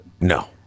No